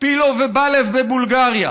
פילוב ובלב בבולגריה,